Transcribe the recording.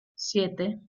siete